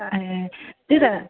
ए त्यही त